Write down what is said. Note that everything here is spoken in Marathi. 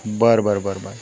बरं बरं बरं बरं